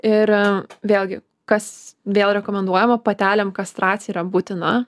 ir vėlgi kas vėl rekomenduojama patelėm kastracija yra būtina